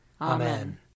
Amen